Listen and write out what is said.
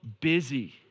busy